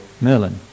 Merlin